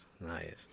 nice